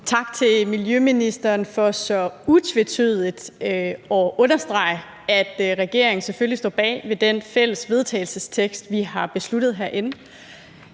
Tak til miljøministeren for så utvetydigt at understrege, at regeringen selvfølgelig står bag det fælles forslag til vedtagelse, vi har vedtaget herinde.